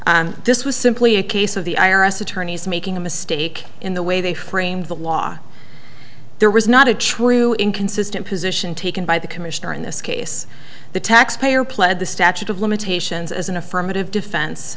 and this was simply a case of the i r s attorneys making a mistake in the way they framed the law there was not a true inconsistent position taken by the commissioner in this case the taxpayer pled the statute of limitations as an affirmative defense